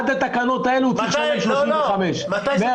עד התקנות האלה הוא צריך לשלם 35%. מרגע